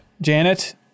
Janet